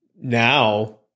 Now